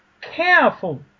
careful